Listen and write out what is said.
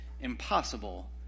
impossible